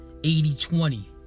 80-20